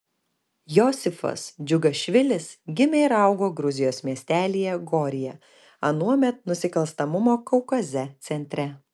josifas džiugašvilis gimė ir augo gruzijos miestelyje goryje anuomet nusikalstamumo kaukaze centre